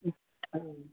हूँ